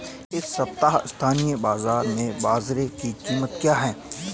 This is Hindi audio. इस सप्ताह स्थानीय बाज़ार में बाजरा की कीमत क्या है?